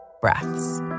breaths